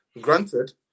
granted